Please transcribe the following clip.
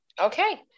Okay